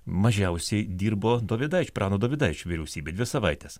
mažiausiai dirbo dovydaičio prano dovydaičio vyriausybė dvi savaites